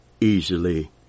easily